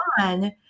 on